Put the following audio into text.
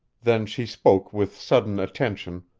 then she spoke with sudden attention.